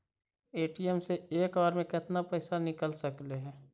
ATM से एक बार मे केतना पैसा निकल सकले हे?